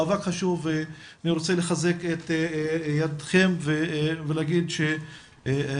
מאבק חשוב ואני רוצה לחזק את ידכם ולהגיד שאני